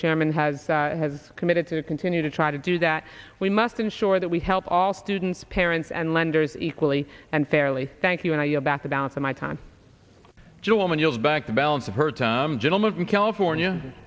chairman has has committed to continue to try to do that we must ensure that we help all students parents and lenders equally and fairly thank you and i go back the balance of my time jomon yield back the balance of her gentleman from california